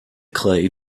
clay